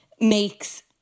makes